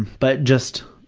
but just,